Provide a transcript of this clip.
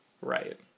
Right